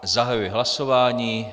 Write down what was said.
Zahajuji hlasování.